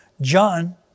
John